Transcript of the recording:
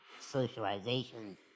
socialization